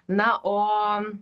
na o